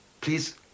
Please